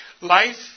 Life